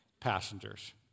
passengers